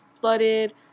flooded